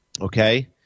okay